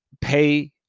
pay